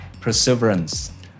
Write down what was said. perseverance